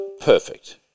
perfect